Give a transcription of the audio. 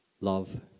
love